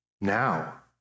Now